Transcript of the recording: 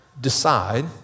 decide